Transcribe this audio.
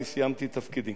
אני סיימתי את תפקידי.